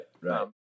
right